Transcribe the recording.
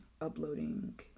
uploading